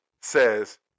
says